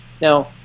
Now